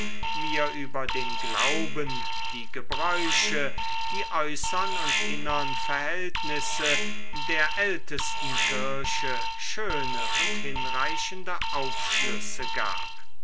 mir über den glauben die gebräuche die äußern und innern verhältnisse der ältesten kirche schöne und hinreichende aufschlüsse gab